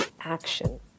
action